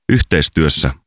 Yhteistyössä